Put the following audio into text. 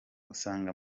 usanga